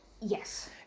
Yes